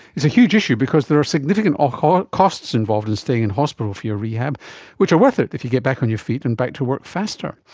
it's a huge issue because there are significant ah costs involved in staying in hospital for your rehab which are worth it if you get back on your feet and back to work faster.